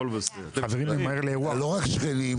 אנחנו לא רק שכנים,